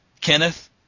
Kenneth